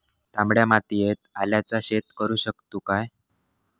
तामड्या मातयेत आल्याचा शेत करु शकतू काय?